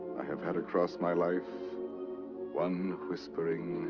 i have had across my life one whispering,